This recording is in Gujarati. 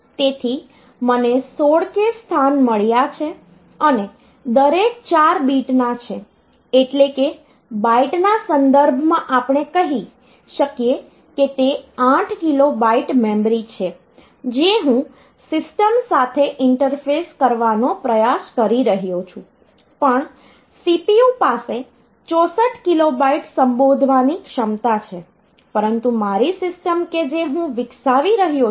તેથી મને 16 k સ્થાન મળ્યા છે અને દરેક 4 બીટ ના છે એટલે કે બાઈટ ના સંદર્ભમાં આપણે કહી શકીએ કે તે 8 કિલો બાઈટ મેમરી છે જે હું સિસ્ટમ સાથે ઈન્ટરફેસ કરવાનો પ્રયાસ કરી રહ્યો છું પણ CPU પાસે 64 કિલોબાઈટ સંબોધવાની ક્ષમતા છે પરંતુ મારી સિસ્ટમ કે જે હું વિકસાવી રહ્યો છું